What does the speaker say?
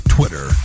Twitter